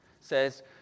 says